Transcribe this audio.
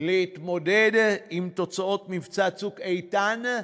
להתמודד עם תוצאות מבצע "צוק איתן".